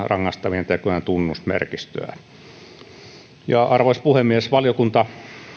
rangaistavien tekojen tunnusmerkistöä arvoisa puhemies valiokunta